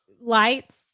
lights